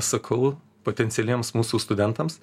sakau potencialiems mūsų studentams